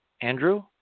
Andrew